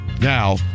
Now